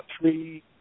three